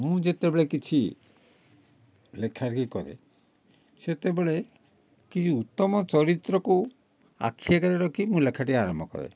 ମୁଁ ଯେତେବେଳେ କିଛି ଲେଖାଲେଖି କରେ ସେତେବେଳେ କିଛି ଉତ୍ତମ ଚରିତ୍ରକୁ ଆଖି ଆଗରେ ରଖି ମୁଁ ଲେଖାଟି ଆରମ୍ଭ କରେ